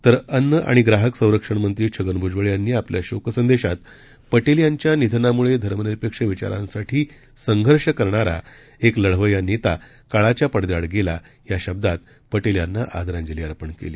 तर अन्न आणि ग्राहक संरक्षण मंत्री छगन भूजबळ यांनी आपल्या शोकसंदेशात पटेल यांच्या निधनामुळे धर्मनिरपेक्ष विचारांसाठी संघर्ष करणारा एक लढवय्या नेता काळाच्या पडद्याआड गेला या शब्दांत पटेल यांना आदरांजली अर्पण केली